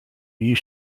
you